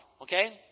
okay